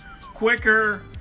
quicker